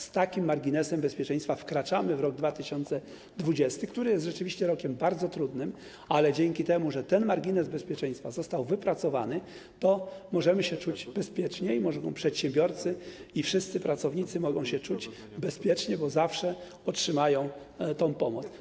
Z takim marginesem bezpieczeństwa wkraczamy w rok 2020, który jest rzeczywiście rokiem bardzo trudnym, ale dzięki temu, że ten margines bezpieczeństwa został wypracowany, możemy się czuć bezpieczniej, przedsiębiorcy i wszyscy pracownicy mogą się czuć bezpiecznie, bo zawsze otrzymają pomoc.